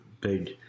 big